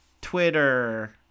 twitter